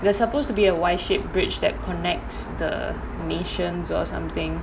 there's supposed to be a Y shaped bridge that connects the nations or something